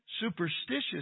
superstitious